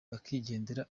bakigendera